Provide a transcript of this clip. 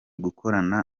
gukorana